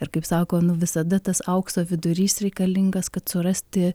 ir kaip sako nu visada tas aukso vidurys reikalingas kad surasti